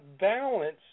balance